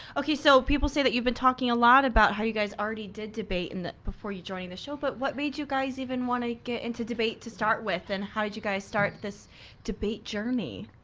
okay, so people say that you've been talking a lot about how you guys already did debate in that before you joining the show but what made you guys even want to get into debate to start with and how did you guys start this debate journey?